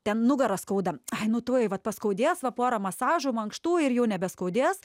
ten nugarą skauda ai nu tuoj va paskaudės va porą masažų mankštų ir jau nebeskaudės